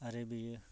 आरो बेयो